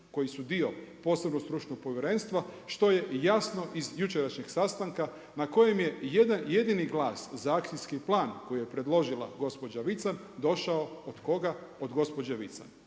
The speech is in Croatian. koji su dio posebnog stručnog povjerenstva što je i jasno iz jučerašnjeg sastanka na kojim je jedan jedini glas za akcijski plan koji je predložila gospođa Vican došao od koga? Od gospođe Vican.